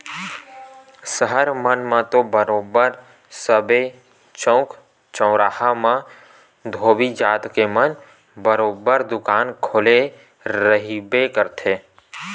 सहर मन म तो बरोबर सबे चउक चउराहा मन म धोबी जात के मन ह बरोबर दुकान खोले रहिबे करथे